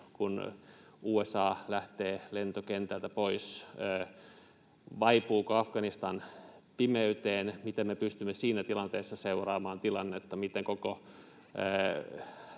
kun USA lähtee lentokentältä pois. Vaipuuko Afganistan pimeyteen? Miten me pystymme siinä tilanteessa seuraamaan tilannetta, miten koko